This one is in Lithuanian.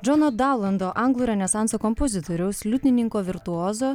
džono dalando anglų renesanso kompozitoriaus liudininko virtuozo